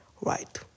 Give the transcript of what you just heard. right